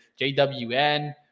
JWN